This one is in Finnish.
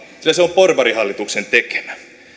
sillä se on porvarihallituksen tekemä